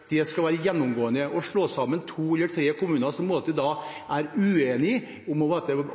den skal basere seg på frivillighet, det skal være gjennomgående. Å slå sammen to eller tre kommuner som er uenige om